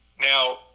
Now